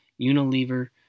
Unilever